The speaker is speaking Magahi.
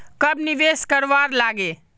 कब निवेश करवार लागे?